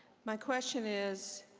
my question is,